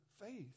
faith